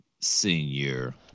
Senior